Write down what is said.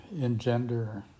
engender